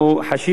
בכל רגע,